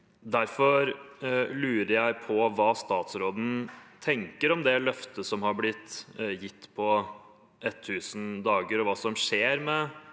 Derfor lurer jeg på hva statsråden tenker om det løftet som har blitt gitt om 1 000 dager, og hva som skjer med